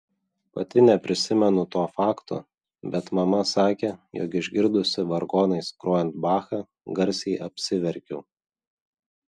pati neprisimenu to fakto bet mama sakė jog išgirdusi vargonais grojant bachą garsiai apsiverkiau